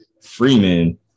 Freeman